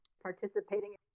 Participating